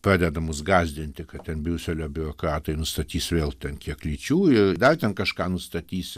pradeda mus gąsdinti kad ten briuselio biurokratai nustatys vėl ten kiek lyčių ir dar ten kažką nustatys